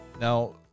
Now